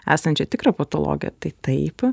esančią tikrą patologiją tai taip